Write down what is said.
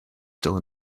still